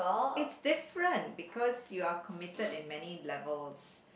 it's different because you are committed in many levels